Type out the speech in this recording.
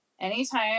Anytime